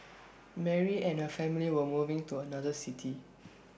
Mary and her family were moving to another city